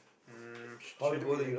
mm shouldn't be